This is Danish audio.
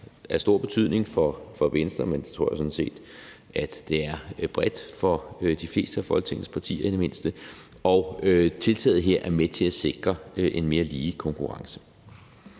er af stor betydning for Venstre, men det tror jeg sådan set at det er bredt for de fleste af Folketingets partier i det mindste, og tiltaget her er med til at sikre en mere lige konkurrence.